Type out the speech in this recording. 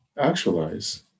actualize